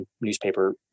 newspaper